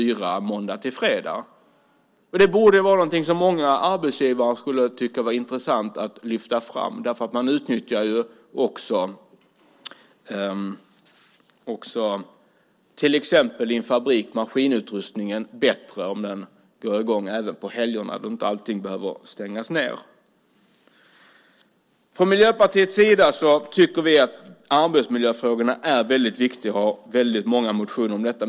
16 måndag till fredag. Det här borde många arbetsgivare tycka är intressant att lyfta fram. Till exempel utnyttjas maskinutrustningen i en fabrik på ett annat sätt om maskinerna är i gång även under helger och inte allting behöver stängas ned. Vi i Miljöpartiet tycker att arbetsmiljöfrågorna är mycket viktiga och har många motioner om dessa.